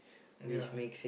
ya